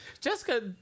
Jessica